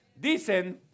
Dicen